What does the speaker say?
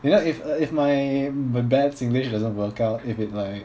you know if if my bad singlish doesn't work out if it like